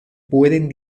pueden